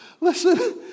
Listen